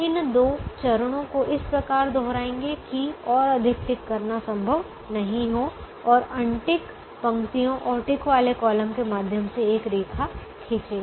इन दो चरणों को इस प्रकार दोहराएंगे कि और अधिक टिक करना संभव नहीं हो और अनटिक पंक्तियों और टिक वाले कॉलम के माध्यम से एक रेखा खींचेगे